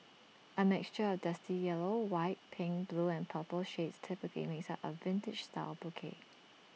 A mixture of dusty yellow white pink blue and purple shades typically makes up A vintage style bouquet